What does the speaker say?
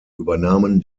übernahmen